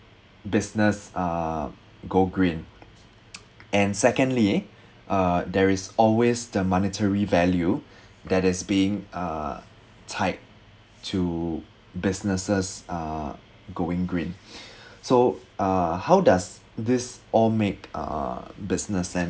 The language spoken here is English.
business uh go green and secondly uh there is always the monetary value that is being uh tied to businesses uh going green so uh how does this all make uh business sense